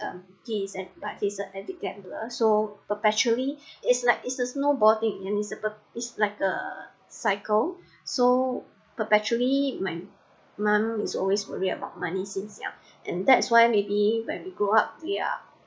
he is an but he's a addict gambler so perpetually is like is the snowballing is like a cycle so perpetually my mum's always worry about money since young and that's why maybe when we grow up we're